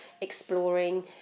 exploring